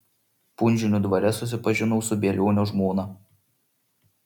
punžionių dvare susipažinau su bielionio žmona